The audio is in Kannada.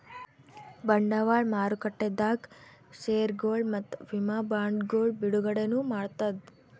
ಬಂಡವಾಳ್ ಮಾರುಕಟ್ಟೆದಾಗ್ ಷೇರ್ಗೊಳ್ ಮತ್ತ್ ವಿಮಾ ಬಾಂಡ್ಗೊಳ್ ಬಿಡುಗಡೆನೂ ಮಾಡ್ತದ್